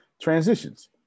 Transitions